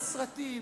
הסרטים,